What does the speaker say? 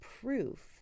proof